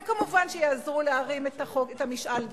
הם כמובן יעזרו להרים את המשאל,